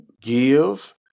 give